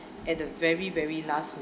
at the very very last